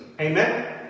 Amen